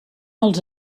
els